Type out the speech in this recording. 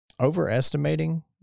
overestimating